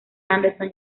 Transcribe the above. anderson